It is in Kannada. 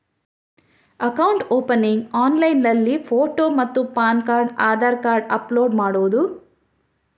ಅಕೌಂಟ್ ಓಪನಿಂಗ್ ಆನ್ಲೈನ್ನಲ್ಲಿ ಫೋಟೋ ಮತ್ತು PAN card Aadhaar card upload ಮಾಡುವುದು?